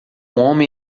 homem